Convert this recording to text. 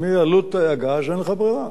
מעלות הגז, אין לך ברירה.